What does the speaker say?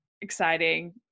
exciting